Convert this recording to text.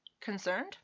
concerned